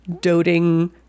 doting